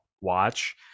watch